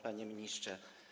Panie Ministrze!